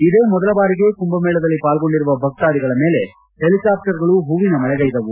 ಇದೇ ಮೊದಲ ಬಾರಿಗೆ ಕುಂಭಮೇಳದಲ್ಲಿ ಪಾಲ್ಗೊಂಡಿರುವ ಭಕ್ತಾಧಿಗಳ ಮೇಲೆ ಹೆಲಿಕಾಪ್ಲರ್ಗಳು ಹೂವಿನ ಮಳೆಗೈದವು